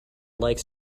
likes